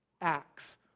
Acts